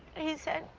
he said,